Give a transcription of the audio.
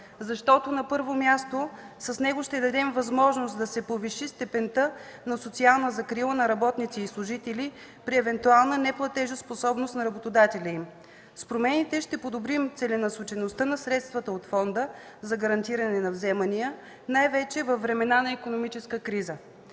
защото, на първо място, с него ще дадем възможност да се повиши степента на социална закрила на работници и служители при евентуална неплатежоспособност на работодателя им. С промените ще подобрим целенасочеността на средствата от фонда за гарантиране на вземания най-вече във времена на икономическа криза.